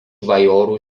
bajorų